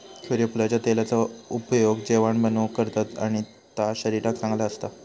सुर्यफुलाच्या तेलाचा उपयोग जेवाण बनवूक करतत आणि ता शरीराक चांगला असता